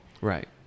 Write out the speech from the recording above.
Right